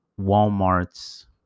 Walmart's